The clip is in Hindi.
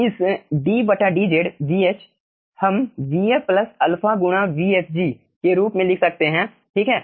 तो इस ddz हम vf प्लस अल्फा गुणा vfg के रूप में लिख सकते हैं ठीक है